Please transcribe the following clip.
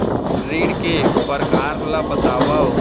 ऋण के परकार ल बतावव?